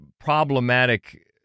problematic